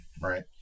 right